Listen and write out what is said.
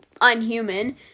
unhuman